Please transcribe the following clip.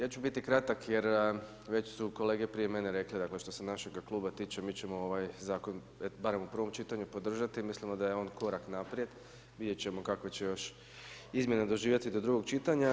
Ja ću biti kratak jer već su kolege prije mene rekli dakle što se našega kluba tiče, mi ćemo ovaj zakon barem u prvom čitanju podržati, mislimo da je on korak naprijed, vidjeti ćemo kakve će još izmjene doživjeti do drugog čitanja.